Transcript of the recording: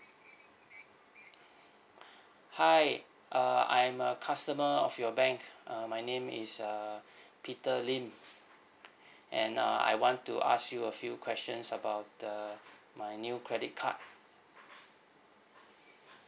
hi uh I'm a customer of your bank uh my name is uh peter lim and uh I want to ask you a few questions about the my new credit card